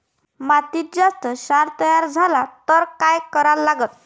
मातीत जास्त क्षार तयार झाला तर काय करा लागन?